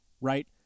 Right